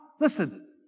Listen